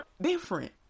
different